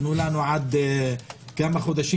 תנו לנו כמה חודשים?